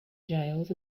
jails